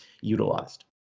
utilized